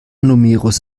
numerus